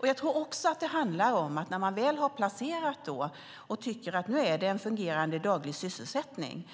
Det handlar också om att när man väl har placerat någon i vad man tycker är en fungerande daglig sysselsättning